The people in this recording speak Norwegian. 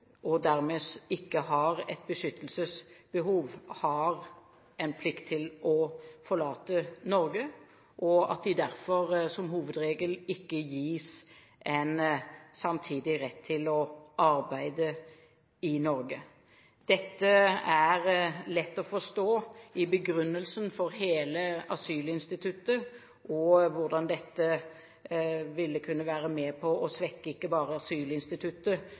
og dermed ikke har et beskyttelsesbehov, har en plikt til å forlate Norge, og at de derfor som hovedregel ikke gis en samtidig rett til å arbeide i Norge. Det er ut fra begrunnelsen for hele asylinstituttet lett å forstå hvordan dette ville kunne være med på å svekke ikke bare asylinstituttet,